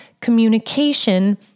communication